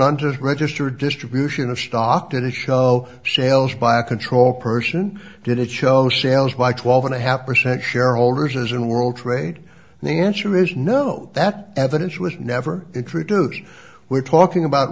hunters register distribution of stock at a show sales by a control person did it show sales by twelve and a half percent shareholders as in world trade and the answer is no that evidence was never introduced we're talking about